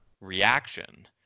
reaction